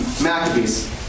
Maccabees